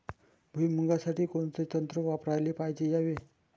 भुइमुगा साठी कोनचं तंत्र वापराले पायजे यावे?